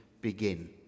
begin